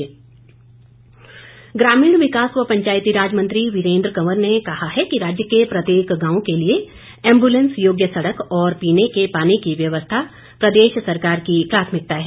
कंवर ग्रामीण विकास व पंचायतीराज मंत्री वीरेंद्र कंवर ने कहा है कि राज्य के प्रत्येक गांव के लिए एम्बुलेंस योग्य सड़क और पीने के पानी की व्यवस्था प्रदेश सरकार की प्राथमिकता है